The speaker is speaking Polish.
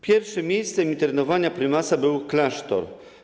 Pierwszym miejscem internowania prymasa był klasztor.